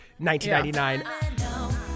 1999